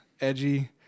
edgy